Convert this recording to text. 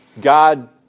God